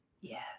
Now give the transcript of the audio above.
Yes